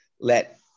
let